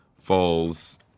falls